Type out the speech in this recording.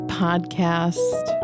podcast